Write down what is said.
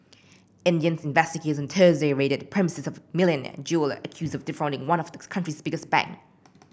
Indian investigators Thursday raided premises of a jeweller accused of defrauding one of the country's biggest bank